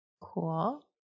Cool